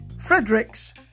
Fredericks